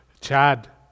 Chad